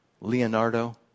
Leonardo